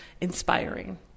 inspiring